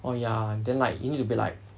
oh ya then like you need to be like